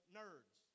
nerds